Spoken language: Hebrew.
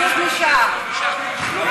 הכבוד לשרן